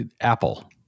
Apple